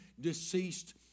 deceased